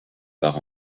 par